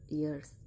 years